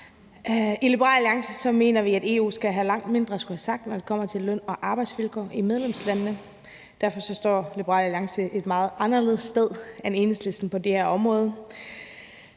I Liberal Alliance mener vi, at EU skal have langt mindre skulle have sagt, når det kommer til løn og arbejdsvilkår i medlemslandene. Derfor står Liberal Alliance et meget anderledes sted på det her område